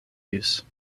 use